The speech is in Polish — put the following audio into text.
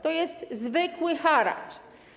To jest zwykły haracz.